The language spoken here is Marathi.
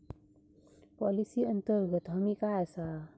पॉलिसी अंतर्गत हमी काय आसा?